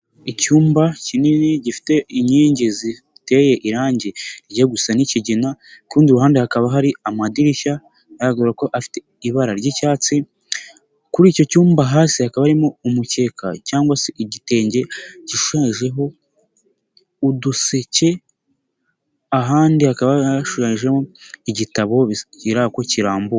Icyumba kinini gifite inkingi ziteye irangi rigiye gusa n'ikigina, ku rundi ruhande hakaba hari amadirishya agaragara ko afite ibara ry'icyatsi, kuri icyo cyumba hasi hakaba harimo umukeka cyangwa se igitenge gishajeho uduseke, ahandi hakaba hashushanyijemo igitaboko bigaragara ko kirambuye.